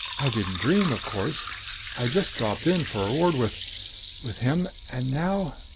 i didn't dream, of course i just dropped in for a word with with him. and now